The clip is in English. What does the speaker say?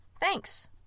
Thanks